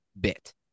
bit